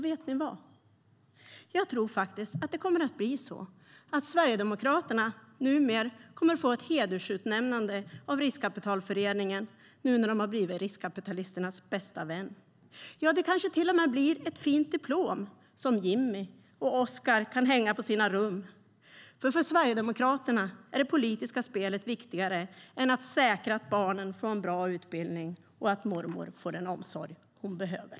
Vet ni vad? Jag tror faktiskt att Sverigedemokraterna kommer att få ett hedersutnämnande av Riskkapitalföreningen nu när de har blivit riskkapitalisternas bästa vän. Ja, det kanske till och med blir ett fint diplom som Jimmie och Oscar kan hänga på sina rum. För Sverigedemokraterna är det politiska spelet viktigare än att säkra att barnen får en bra utbildning och att mormor får den omsorg hon behöver.